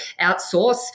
outsource